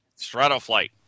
Stratoflight